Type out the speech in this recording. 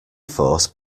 force